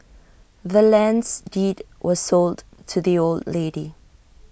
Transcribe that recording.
the land's deed was sold to the old lady